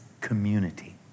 community